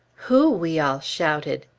who? we all shouted.